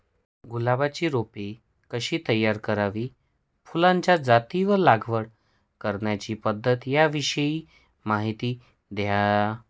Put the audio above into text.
गुलाबाची रोपे कशी तयार करावी? फुलाच्या जाती व लागवड करण्याची पद्धत याविषयी माहिती द्या